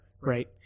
Right